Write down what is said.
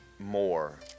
more